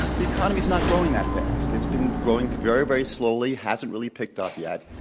the economy is not growing that fast. it's been growing very, very slowly, hasn't really picked up yet.